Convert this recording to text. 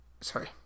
Sorry